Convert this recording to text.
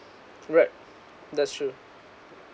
right that's true